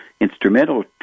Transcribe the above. Instrumental